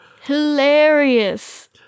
hilarious